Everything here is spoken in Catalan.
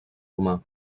romà